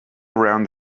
around